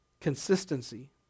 consistency